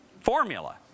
formula